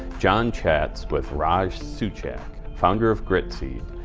john chats with raj suchak, founder of gritseed,